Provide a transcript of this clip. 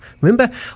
Remember